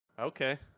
Okay